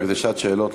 רק זאת שעת שאלות,